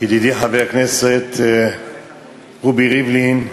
ידידי חבר הכנסת רובי ריבלין,